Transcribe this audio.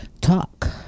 talk